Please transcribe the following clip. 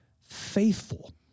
faithful